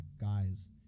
guys